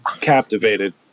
captivated